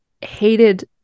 hated